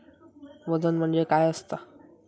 वजन म्हणजे काय असता?